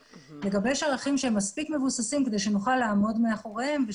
אנחנו צריכים לגבש ערכים שהם מספיק מבוססים כדי שנוכל לעמוד מאחוריהם.